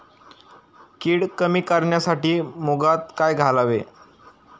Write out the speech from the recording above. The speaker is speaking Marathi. कीड कमी करण्यासाठी मुगात काय घालावे?